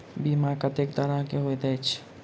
बीमा कत्तेक तरह कऽ होइत छी?